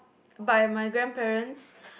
by my grandparents